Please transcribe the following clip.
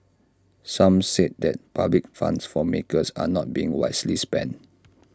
some said that public funds for makers are not being wisely spent